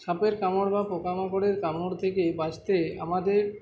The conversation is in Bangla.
সাপের কামড় বা পোকামাকড়ের কামড় থেকে বাঁচতে আমাদের